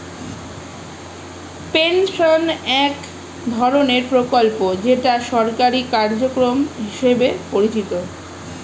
pension এক ধরনের প্রকল্প যেটা সরকারি কার্যক্রম হিসেবে পরিচিত